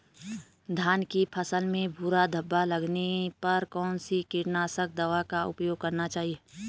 धान की फसल में भूरा धब्बा रोग लगने पर कौन सी कीटनाशक दवा का उपयोग करना चाहिए?